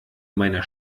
meiner